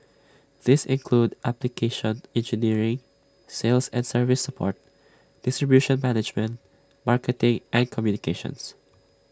these include application engineering sales and service support distribution management marketing and communications